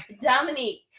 dominique